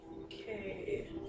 Okay